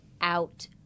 out